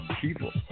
people